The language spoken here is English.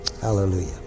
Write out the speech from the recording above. Hallelujah